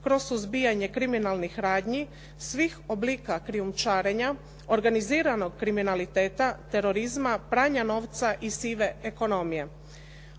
kroz suzbijanje kriminalnih radnji, svih oblika krijumčarenja, organiziranog kriminaliteta, terorizma, pranja novca i sive ekonomije.